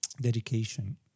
dedication